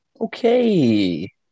Okay